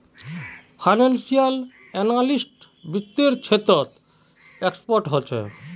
financial analyst वित्त्तेर क्षेत्रत expert ह छे